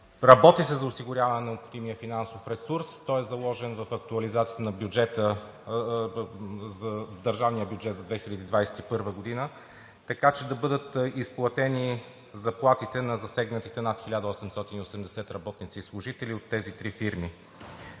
Работи се за осигуряване на необходимия финансов ресурс. Той е заложен в актуализацията на държавния бюджет за 2021 г., така че да бъдат изплатени заплатите на засегнатите над 1880 работници и служители от тези три фирми.